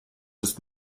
ist